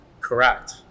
Correct